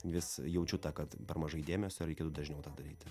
vis jaučiu tą kad per mažai dėmesio reikėtų dažniau daryti